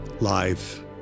life